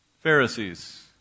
Pharisees